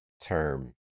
term